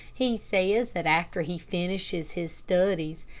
he says that after he finishes his studies,